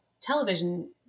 television